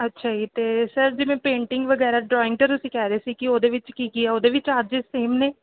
ਅੱਛਾ ਜੀ ਤੇ ਸਰ ਜਿਵੇਂ ਪੇਂਟਿੰਗ ਵਗੈਰਾ ਡਰਾਇੰਗ ਦਾ ਅਸੀਂ ਕਹਿ ਰਹੇ ਸੀ ਕਿ ਉਹਦੇ ਵਿੱਚ ਕੀ ਕੀ ਆ ਉਹਦੇ ਵਿੱਚ ਚਾਰਜ ਸੇਮ ਨੇ